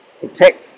Protect